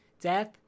death